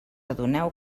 adoneu